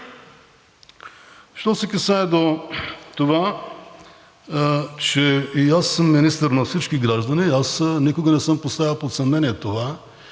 Що се касае до това, че и аз съм министър на всички граждани, аз никога не съм поставял под съмнение това